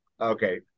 Okay